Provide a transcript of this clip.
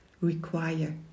require